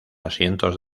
asientos